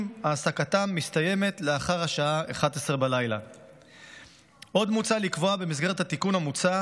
העסקתם מסתיימת לאחר השעה 23:00. עוד מוצע לקבוע במסגרת התיקון המוצע